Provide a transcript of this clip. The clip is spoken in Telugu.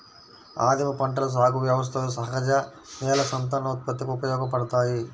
ఆదిమ పంటల సాగు వ్యవస్థలు సహజ నేల సంతానోత్పత్తికి ఉపయోగపడతాయి